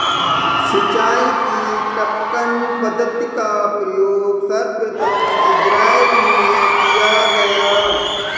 सिंचाई की टपकन पद्धति का प्रयोग सर्वप्रथम इज़राइल में किया गया